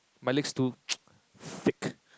my legs too thick